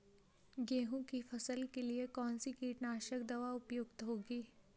गेहूँ की फसल के लिए कौन सी कीटनाशक दवा उपयुक्त होगी?